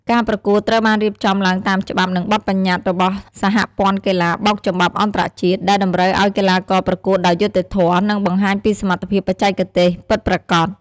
ការប្រកួតត្រូវបានរៀបចំឡើងតាមច្បាប់ និងបទប្បញ្ញត្តិរបស់សហព័ន្ធកីឡាបោកចំបាប់អន្តរជាតិ ដែលតម្រូវឱ្យកីឡាករប្រកួតដោយយុត្តិធម៌ និងបង្ហាញពីសមត្ថភាពបច្ចេកទេសពិតប្រាកដ។